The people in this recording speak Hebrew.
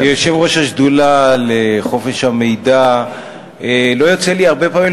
כיושב-ראש השדולה לחופש המידע לא יוצא לי הרבה פעמים